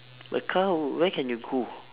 but car where can you go